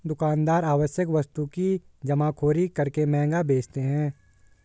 दुकानदार आवश्यक वस्तु की जमाखोरी करके महंगा बेचते है